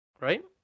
right